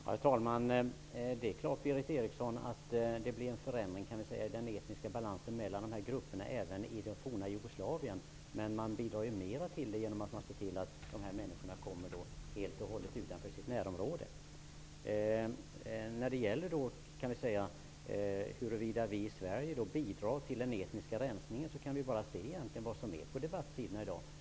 Herr talman! Det är klart, Berith Eriksson, att det blir en förändring i den etniska balansen mellan dessa grupper även i det forna Jugoslavien. Man bidrar mera till det genom att se till att dessa människor helt och hållet hamnar utanför sitt närområde. När det gäller frågan huruvida vi i Sverige bidrar till den etniska rensningen eller inte kan vi egentligen bara se till debattsidorna i dag.